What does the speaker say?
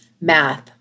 math